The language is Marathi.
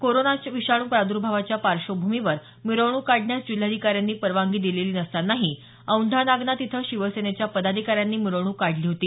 कोरोनाच्या विषाणू प्राद्भावाच्या पार्श्वभूमीवर मिरवणूक काढण्यास जिल्हाधिकाऱ्यांनी परवानगी दिलेली नसतानाही औंढा नागनाथ इथं शिवसेनेच्या पदाधिकाऱ्यांनी मिरवणूक काढली होती